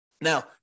Now